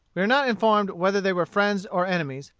we are not informed whether they were friends or enemies,